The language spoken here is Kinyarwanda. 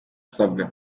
asabwa